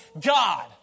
God